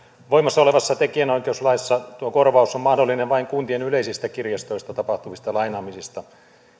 voimassa olevassa tekijänoikeuslaissa tuo korvaus on mahdollinen vain kuntien yleisistä kirjastoista tapahtuvista lainaamisista